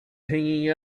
hanging